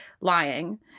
lying